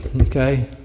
okay